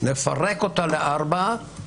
נפרק אותה לארבעה חלקים.